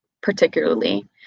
particularly